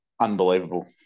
unbelievable